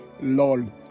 Lol